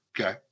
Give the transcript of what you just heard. okay